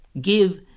give